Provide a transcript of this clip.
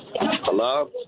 Hello